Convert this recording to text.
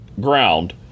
ground